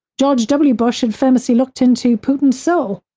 george w. bush had famously locked into putin's soul.